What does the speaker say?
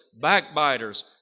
backbiters